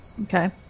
Okay